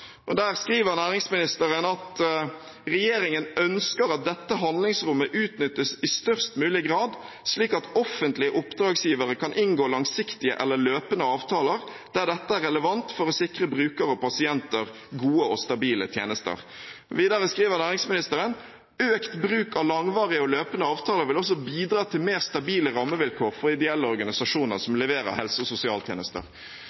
Der skriver næringsministeren at regjeringen ønsker at dette handlingsrommet utnyttes i størst mulig grad, slik at offentlige oppdragsgivere kan inngå langsiktige eller løpende avtaler der dette er relevant, for å sikre brukere og pasienter gode og stabile tjenester. Videre skriver næringsministeren at økt bruk av langvarige og løpende avtaler vil også bidra til mer stabile rammevilkår for ideelle organisasjoner som